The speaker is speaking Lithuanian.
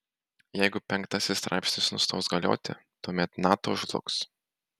jeigu penktasis straipsnis nustos galioti tuomet nato žlugs